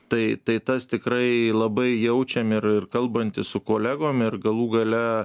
tai tai tas tikrai labai jaučiam ir ir kalbantis su kolegom ir galų gale